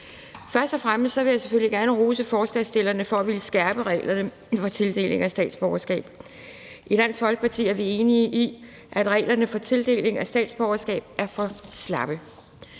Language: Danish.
Først og fremmest vil jeg selvfølgelig gerne rose forslagsstillerne for at ville skærpe reglerne for tildeling af statsborgerskab. I Dansk Folkeparti er vi enige i, at reglerne for tildeling af statsborgerskab er for slappe.